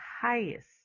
highest